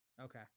Okay